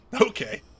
Okay